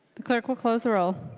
the clerk will close the roll.